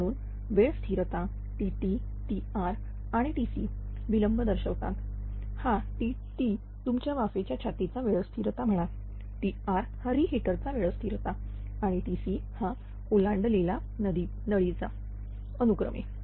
म्हणून वेळ स्थिरता Tt Tr आणि Tc विलंब दर्शवतात हा Tt तुम्ही वाफेच्या छातीचा वेळ स्थिरता म्हणाTr हा रि हिटरचा वेळ स्थिरता आणि Tc हा ओलांडलेला नळीचा अनुक्रमे